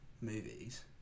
movies